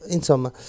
Insomma